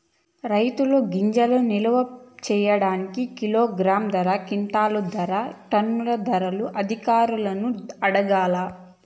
రైతుల గింజల్ని నిలువ పెట్టేకి సేయడానికి కిలోగ్రామ్ ధర, క్వింటాలు ధర, టన్నుల ధరలు అధికారులను అడగాలా?